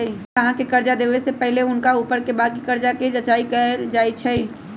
bank गाहक के कर्जा देबऐ से पहिले हुनका ऊपरके बाकी कर्जा के जचाइं कएल जाइ छइ